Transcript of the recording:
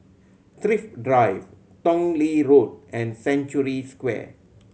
Thrift Drive Tong Lee Road and Century Square